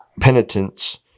penitence